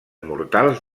mortals